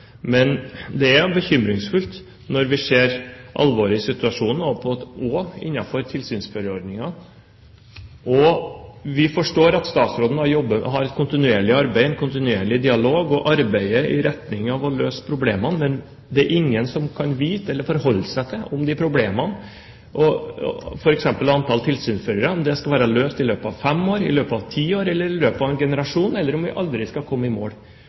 og innenfor tilsynsførerordningen. Vi forstår at statsråden har en kontinuerlig dialog og arbeider i retning av å løse problemene, men det er ingen som kan vite noe om eller forholde seg til disse problemene, om f.eks. antall tilsynsførere skal være løst i løpet av fem år, i løpet av ti år, i løpet av en generasjon, eller om vi aldri skal komme i mål.